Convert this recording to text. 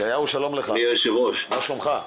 ישעיהו, שלום לך, מה שלומך?